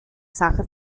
sache